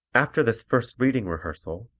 after this first reading rehearsal,